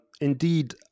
Indeed